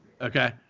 Okay